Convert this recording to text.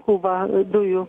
kubą dujų